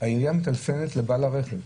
העירייה מטלפנת לבעל הרכב.